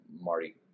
Marty